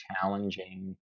challenging